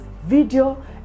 video